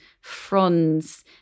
fronds